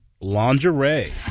lingerie